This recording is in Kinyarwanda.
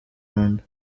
rwanda